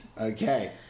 Okay